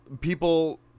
people